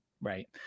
Right